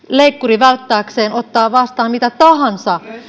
leikkurin välttääkseen ottaa vastaan mitä tahansa